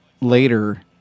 later